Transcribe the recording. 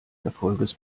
erfolges